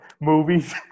movies